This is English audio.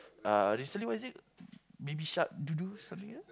uh recently what is it baby shark do do something else